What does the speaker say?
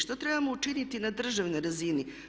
Što trebamo učiniti na državnoj razini?